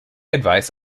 advice